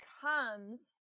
comes